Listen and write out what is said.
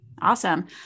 Awesome